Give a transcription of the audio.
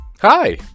Hi